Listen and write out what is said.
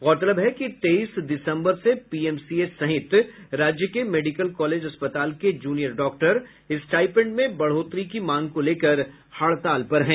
गौरतलब है कि तेईस दिसंबर से पीएमसीएच सहित राज्य के मेडिकल कॉलेज अस्पताल के जूनियर डॉक्टर स्टाइपेंड में बढ़ोतरी की मांग को लेकर हड़ताल पर हैं